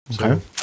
Okay